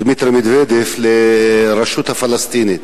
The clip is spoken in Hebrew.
דימיטרי מדוודב, ברשות הפלסטינית.